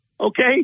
okay